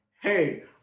hey